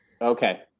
Okay